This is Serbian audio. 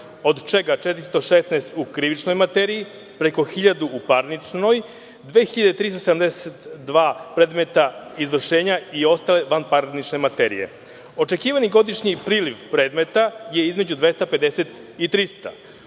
od čega 416 u krivičnoj materiji, preko 1.000 u parničnoj, 2.372 predmeta izvršenja i ostale vanparnične materije. Očekivani godišnji priliv predmeta je između 250 i 300,